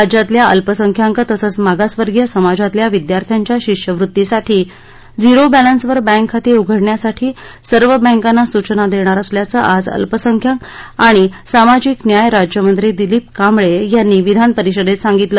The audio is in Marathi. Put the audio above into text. राज्यातल्या अल्पसंख्याक तसंच मागासवर्गीय समाजातल्या विद्यार्थ्यांच्यां शिष्यवृत्तीसाठी झीरो बॅलन्सवर बँक खाती उघडण्यासाठी सर्व बँकांना सूचना देणार असल्याच आज अल्पसंख्याक आणि सामाजिक न्याय राज्यमंत्री दिलीप कांबळे यांनी विधानपरिषदेत सांगितलं